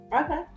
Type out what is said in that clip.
Okay